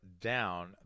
down